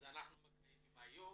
אז אנחנו מקיימים היום,